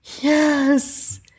Yes